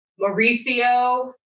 Mauricio